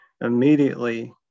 immediately